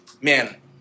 Man